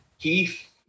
keith